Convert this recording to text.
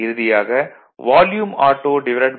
இறுதியாக autoTW 0